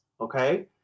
okay